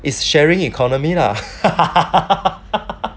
is sharing economy lah